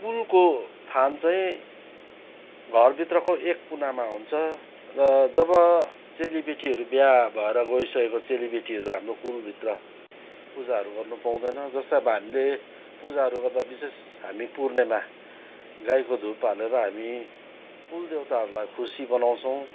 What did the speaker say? कुलको थान चाहिँ घरभित्रको एक कुनामा हुन्छ र जब चेलीबेटीहरू बिहा भएर गइसकेको चेलीबेटीहरू कुलभित्र पूजाहरू गर्नु पाउँदैन जस्तै अब हामीले पूजाहरू गर्दा विशेष हामी पूर्णेमा गाईको धुप हालेर हामी कुलदेउताहरूलाई खुसी बनाउँछौँ